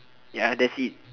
ya that's it